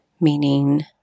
meaning